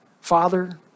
father